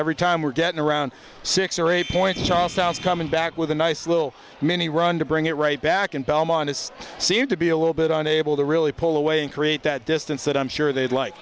every time we're getting around six or eight point shots sounds coming back with a nice little mini run to bring it right back and belmont is seemed to be a little bit on able to really pull away and create that distance that i'm sure they'd like